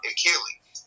Achilles